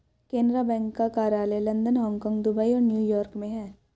Canara bank का कार्यालय London Hong Kong Dubai और न्यू यॉर्क में है